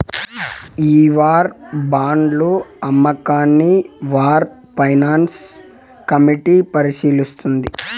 ఈ వార్ బాండ్ల అమ్మకాన్ని వార్ ఫైనాన్స్ కమిటీ పరిశీలిస్తుంది